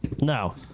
No